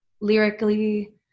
lyrically